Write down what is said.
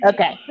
Okay